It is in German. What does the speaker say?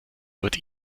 wird